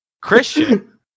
Christian